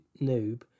noob